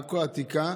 עכו העתיקה,